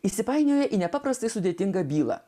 įsipainioję į nepaprastai sudėtingą bylą